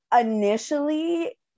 initially